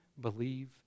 believe